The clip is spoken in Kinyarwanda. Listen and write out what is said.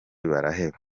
baraheba